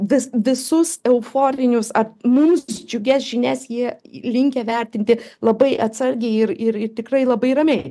vis visus euforinius ar mums džiugias žinias jie linkę vertinti labai atsargiai ir ir tikrai labai ramiai